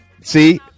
see